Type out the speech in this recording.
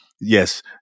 yes